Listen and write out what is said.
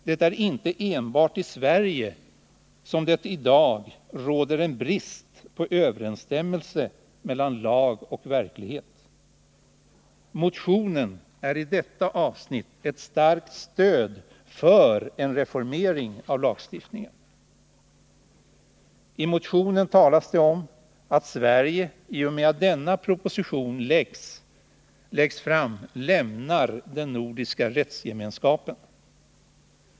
Det är inte enbart i Sverige som det i dag råder en brist på överensstämmelse mellan lag och verklighet. Motionen tjänar i detta avsnitt som ett starkt stöd för en reformering av lagstiftningen. Det talas där om att Sverige i och med att denna proposition läggs fram lämnar den nordiska rättsgemenskapen.